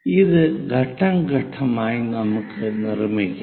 ഇത് ഘട്ടം ഘട്ടമായി നമുക്ക് നിർമ്മിക്കാം